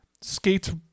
skates